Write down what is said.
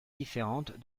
différentes